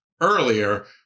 earlier